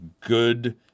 good